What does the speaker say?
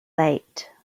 late